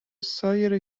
سایر